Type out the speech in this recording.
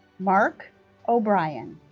mark o'brien